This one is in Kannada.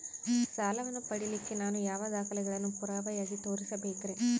ಸಾಲವನ್ನು ಪಡಿಲಿಕ್ಕೆ ನಾನು ಯಾವ ದಾಖಲೆಗಳನ್ನು ಪುರಾವೆಯಾಗಿ ತೋರಿಸಬೇಕ್ರಿ?